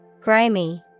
Grimy